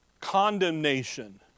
condemnation